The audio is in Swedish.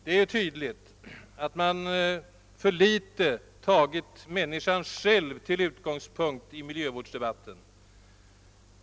Det är tydligt att man för litet tagit människan själv till utgångspunkt i miljövårdsdebatten.